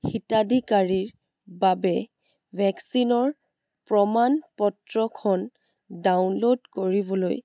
হিতাধিকাৰীৰ বাবে ভেকচিনৰ প্ৰমাণপত্ৰখন ডাউনলোড কৰিবলৈ